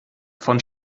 von